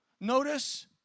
Notice